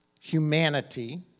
humanity